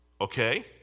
Okay